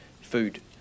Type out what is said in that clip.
food